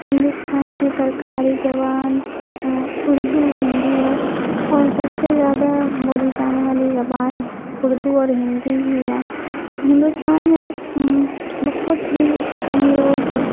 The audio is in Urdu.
ہندوستان کی سرکاری زبان اردو ہندی ہے اور سب سے زیادہ بولی جانے والی زبان اردو اور ہندی ہی ہے ہندوستان میں بہت ہی کم لوگ